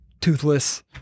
toothless